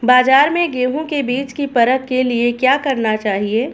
बाज़ार में गेहूँ के बीज की परख के लिए क्या करना चाहिए?